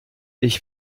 ich